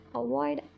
avoid